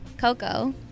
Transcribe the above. Coco